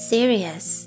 Serious